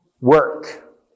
work